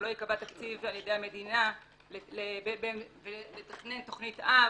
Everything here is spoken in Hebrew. אין שום סיבה שלא ייקבע תקציב על ידי המדינה לתכנן תכנית אב,